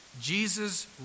jesus